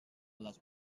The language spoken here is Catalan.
les